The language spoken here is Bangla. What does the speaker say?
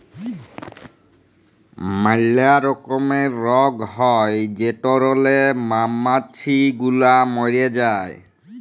ম্যালা রকমের রগ হ্যয় যেটরলে মমাছি গুলা ম্যরে যায়